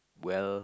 well